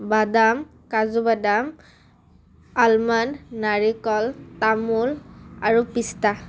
বাদাম কাজু বাদাম আলমাণ্ড নাৰিকল তামোল আৰু পিস্তা